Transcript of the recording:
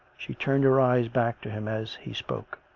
she turned her eyes back to him as he spoke.